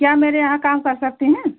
क्या मेरे यहाँ काम कर सकती हैं